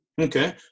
Okay